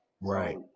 Right